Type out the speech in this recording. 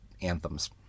anthems